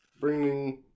bringing